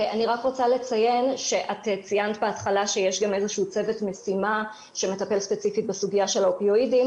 את ציינת בהתחלה שיש צוות משימה שמטפל ספציפית בסוגיה של האופיואידים,